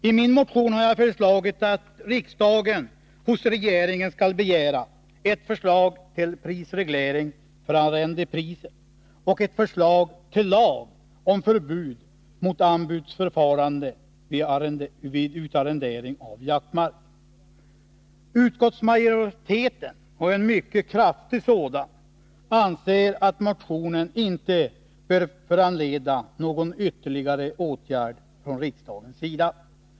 I min motion har jag föreslagit att riksdagen hos regeringen skall begära ett förslag till prisreglering när det gäller arrendepriser och ett förslag till lag om förbud mot anbudsförfarande vid utarrendering av jaktmark. Utskottsmajoriteten, och en mycket kraftig sådan, anser att motionen inte bör föranleda någon ytterligare åtgärd från riksdagens sida.